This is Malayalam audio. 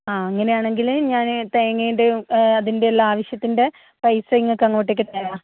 ആ അങ്ങനെ ആണെങ്കിൽ ഞാൻ തേങ്ങേൻ്റേയും അതിൻ്റെ എല്ലാം അവശ്യത്തിൻ്റെ പൈസ നിങ്ങൾക്ക് അങ്ങോട്ടേക്ക് തരാം